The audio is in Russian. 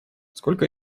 сколько